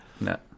No